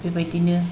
बेबायदिनो